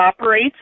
operates